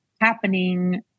happening